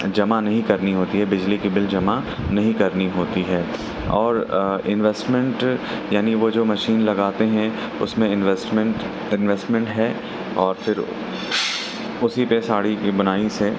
جمع نہیں کرنی ہوتی ہے بجلی کی بل جمع نہیں کرنی ہوتی ہے اور انویسمنٹ یعنی وہ جو مشین لگاتے ہیں اس میں انویسمنٹ انویسمنٹ ہے اور پھر اسی پہ ساڑی کی بنائی سے